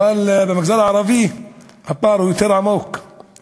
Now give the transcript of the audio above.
אבל זה כנראה לא כואב לאף אחד.